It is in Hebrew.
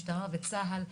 משטרה וצה"ל,